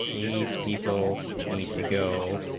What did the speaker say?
these people need to go